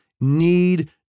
need